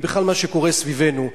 ובכלל מה שקורה סביבנו,